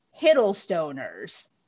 Hiddlestoners